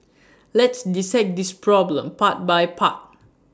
let's dissect this problem part by part